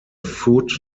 foot